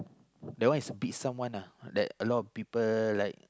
that one is beat someone uh that a lot of people like